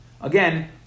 again